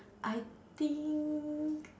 I think